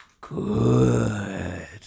good